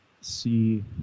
see